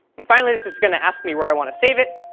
and finally, this is going to ask me where i want to save it.